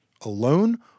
alone